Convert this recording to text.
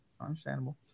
Understandable